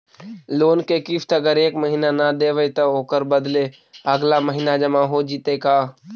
Loan के किस्त अगर एका महिना न देबै त ओकर बदले अगला महिना जमा हो जितै का?